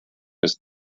ist